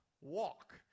walk